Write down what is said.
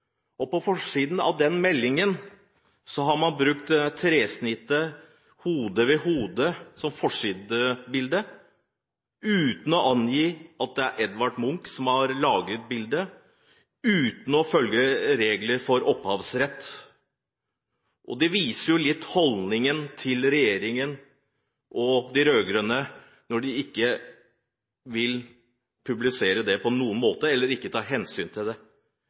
forsidebilde på meldingen har man brukt tresnittet «Hode ved hode», uten å angi at det er Edvard Munch som har laget bildet, og uten å følge regler for opphavsrett. Det viser litt holdningen til regjeringen og de rød-grønne, når de ikke vil publisere dette på noen måte, eller ta hensyn til det.